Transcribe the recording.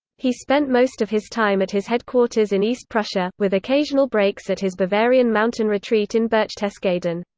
he spent most of his time at his headquarters in east prussia, with occasional breaks at his bavarian mountain retreat in berchtesgaden.